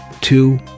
Two